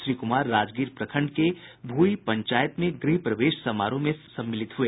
श्री कुमार राजगीर प्रखंड के भूई पंचायत में गृह प्रवेश समारोह में सम्मिलित हुए